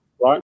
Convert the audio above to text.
right